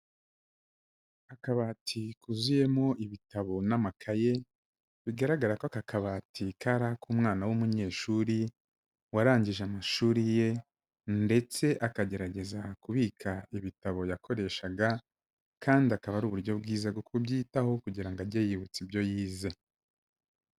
Akabati kuzuyemo ibitabo n'amakaye, bigaragara ko aka kabati kari ak'umwana w'umunyeshuri warangije amashuri ye ndetse akagerageza kubika ibitabo yakoreshaga kandi akaba ari uburyo bwiza bwo kubyitaho kugira ngo ajye yiyibutsa ibyo yize.